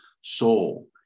soul